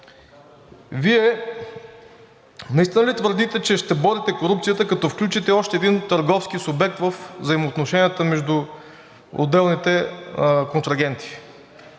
Вие наистина ли твърдите, че ще борите корупцията, като включите още един търговски субект във взаимоотношенията между отделните контрагенти?